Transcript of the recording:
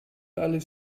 alles